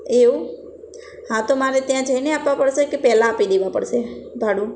એવું હા તો મારે ત્યાં જઈને આપવા પડશે કે પહેલાં આપી દેવા પડશે ભાડું